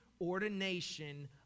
ordination